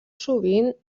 sovint